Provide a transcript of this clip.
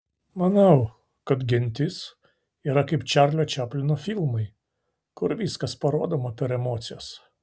manau kad gentis yra kaip čarlio čaplino filmai kur viskas parodoma per emocijas